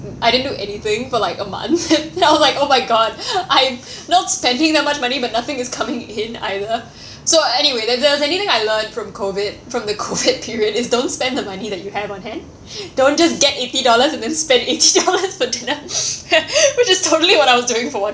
I didn't do anything for like a month that was like oh my god I'm not spending that much money but nothing is coming in either so anyway if there was anything I learned from COVID from the COVID period is don't spend the money that you have on hand don't just get eighty dollars and then spend eighty dollars for dinner which is totally what I was doing for one